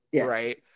right